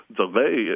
delay